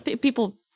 People